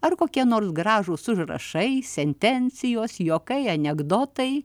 ar kokie nors gražūs užrašai sentencijos juokai anekdotai